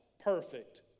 perfect